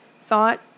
thought